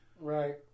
Right